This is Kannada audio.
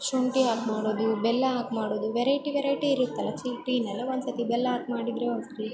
ಶುಂಠಿ ಹಾಕಿ ಮಾಡೋದು ಬೆಲ್ಲ ಹಾಕಿ ಮಾಡೋದು ವೆರೈಟಿ ವೆರೈಟಿ ಇರುತ್ತಲ್ಲ ಸಿ ಟೀನೆಲ್ಲ ಒಂದ್ಸತಿ ಬೆಲ್ಲ ಹಾಕ್ ಮಾಡಿದರೆ ಒಂದ್ಸತಿ